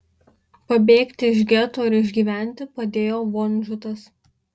pabėgti iš geto ir išgyventi padėjo vonžutas